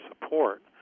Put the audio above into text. support